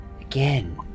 Again